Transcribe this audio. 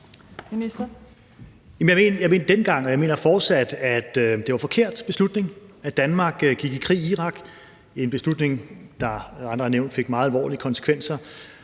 jeg mener fortsat, at det var en forkert beslutning, at Danmark gik i krig i Irak; en beslutning, der, som andre har nævnt, fik meget alvorlige konsekvenser.